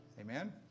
Amen